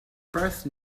birth